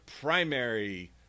primary